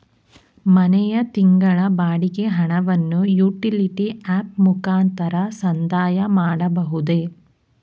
ಮನೆಯ ತಿಂಗಳ ಬಾಡಿಗೆ ಹಣವನ್ನು ಯುಟಿಲಿಟಿ ಆಪ್ ಮುಖಾಂತರ ಸಂದಾಯ ಮಾಡಬಹುದೇ?